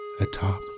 atop